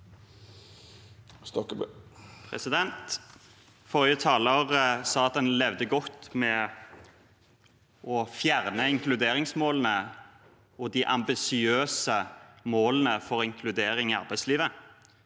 Forrige taler sa at han levde godt med å fjerne inkluderingsmålene og de ambisiøse målene for inkludering i arbeidslivet.